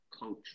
coach